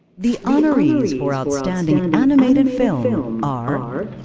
the honorees for outstanding and animated film are are